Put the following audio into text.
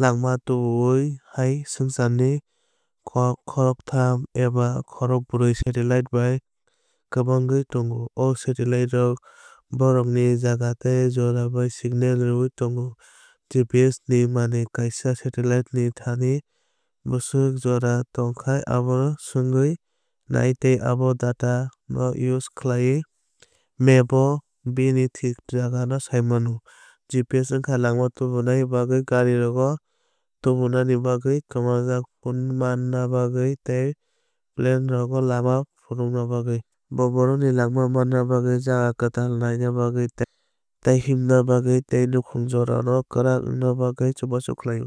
lama tubuwui hai swngcharni khoroktham eba khorokbwrwi satellite bai kwbangwui tongo. O satellite rok bohrok ni jaga tei jora bai signal rohorwi tongo. GPS ni manwi kaisa satellite ni thani bwswk jora tongkha abono swngwi naio tei abo data no use khlaiwi map o bini thik jaga no saimannai. GPS wngkha lama tubuna bagwi garirokno tubuna bagwi kwmajak phone manna bagwi tei planerokno lama phurwna bagwibo. Bo borokrokno lama manna bagwi jaga kwtal naina bagwi tei himna bagwi tei nakhumung jorao kwrak wngna bagwi chubachu khlaio.